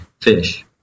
fish